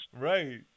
Right